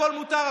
הכול מותר,